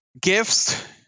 gifts